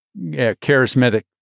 charismatic